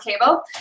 cable